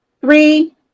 three